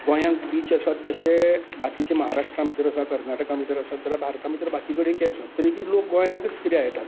गोंयांत बीच आसात तशे बाकीचे महाराष्ट्रा भितर आसात कर्नाटका भितर आसात जाल्यार भारता भितर बाकी कडेनय आसात तरीकुय लोक गोंयातच कित्याक येतात